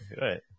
Right